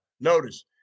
Notice